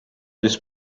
this